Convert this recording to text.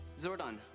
Zordon